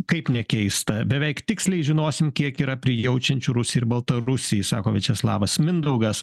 kaip nekeista beveik tiksliai žinosim kiek yra prijaučiančių rusijai ir baltarusijai sako viačeslavas mindaugas